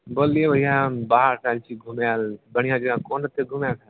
बोललियै भैया हम बाहरसँ आएल छी घुमैलऽ बढ़िआँ जगह कोन होएतै घुमे खातिर